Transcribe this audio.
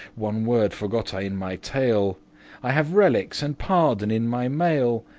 one word forgot i in my tale i have relics and pardon in my mail,